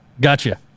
Gotcha